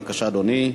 בבקשה, אדוני.